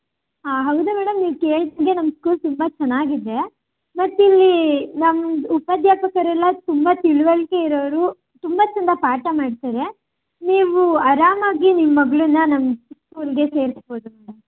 ಹಾಂ ಹೌದಾ ಮೇಡಮ್ ನೀವು ಕೇಳ್ದಂಗೆ ನಮ್ಮ ಸ್ಕೂಲ್ ತುಂಬ ಚೆನ್ನಾಗಿದೆ ಮತ್ತು ಇಲ್ಲಿ ನಮ್ಮ ಅಧ್ಯಾಪಕರೆಲ್ಲ ತುಂಬ ತಿಳುವಳಿಕೆ ಇರೋವ್ರು ತುಂಬ ಚಂದ ಪಾಠ ಮಾಡ್ತಾರೆ ನೀವು ಆರಾಮವಾಗಿ ನಿಮ್ಮ ಮಗಳನ್ನು ನಮ್ಮ ಸ್ಕೂಲ್ಗೆ ಸೇರಿಸಬಹುದು ಮೇಡಮ್